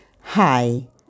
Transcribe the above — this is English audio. Hi